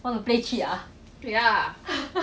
do so many but you all do wrong then also no point mah